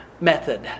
method